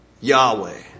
Yahweh